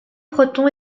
proton